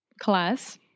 class